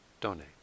donate